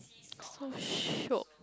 so shiok